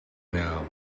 now